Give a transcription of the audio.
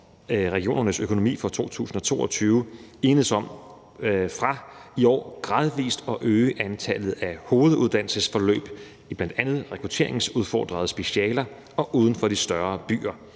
regionernes økonomi for 2022« enedes om fra i år gradvis at øge antallet af hoveduddannelsesforløb i bl.a. rekrutteringsudfordrede specialer og uden for de større byer.